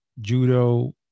judo